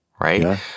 Right